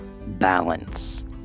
balance